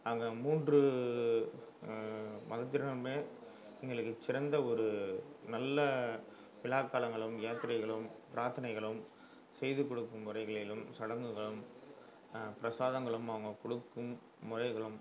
அங்கே மூன்று மதத்தினருமே எங்களுக்கு சிறந்த ஒரு நல்ல விழாக்காலங்களும் யாத்திரைகளும் பிரார்த்தனைகளும் செய்து கொடுக்கும் முறைகளிலும் சடங்குகளும் பிரசாதங்களும் அவங்க கொடுக்கும் முறைகளும்